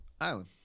Island